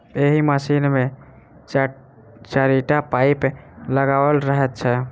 एहि मशीन मे चारिटा पाइप लगाओल रहैत छै